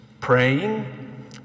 praying